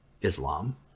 Islam